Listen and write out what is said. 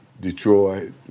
Detroit